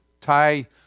tie